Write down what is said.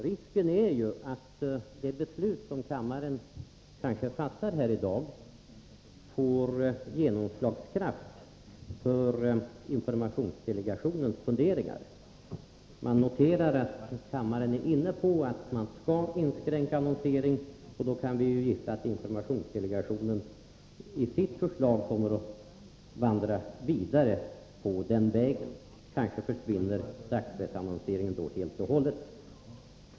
Risken är att det beslut som riksdagen kanske fattar här i dag får genomslagskraft för informationsdelegationens funderingar. Man kanske noterar att kammaren är inne på att inskränka annonseringen, och en gissning är då att informationsdelegationen i sitt förslag kommer att vandra vidare på den vägen. Kanske försvinner dagspressannonseringen då helt och hållet.